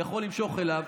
יכול למשוך אליו.